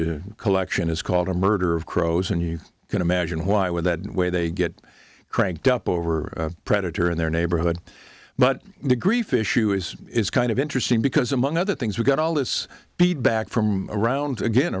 a collection is called a murder of crows and you can imagine why when that way they get cranked up over a predator in their neighborhood but the grief issue is is kind of interesting because among other things we've got all this beat back from around again